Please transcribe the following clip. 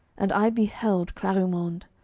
and i beheld clarimonde,